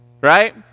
right